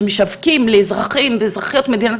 שמספרים ומשווקים לאזרחים ולאזרחיות מדינת